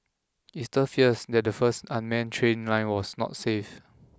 it stirred fears that the first unmanned train line was not safe